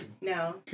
No